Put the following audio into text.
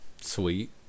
sweet